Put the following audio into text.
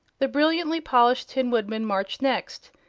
the brilliantly polished tin woodman marched next,